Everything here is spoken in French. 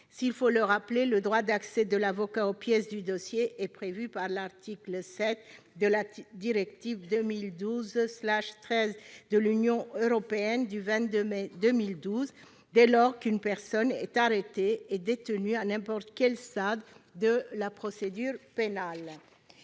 Il faut le rappeler, le droit d'accès de l'avocat aux pièces du dossier est prévu par l'article 7 de la directive 2012/13/UE du 22 mai 2012, dès lors qu'une personne est arrêtée et détenue à n'importe quel stade de la procédure pénale.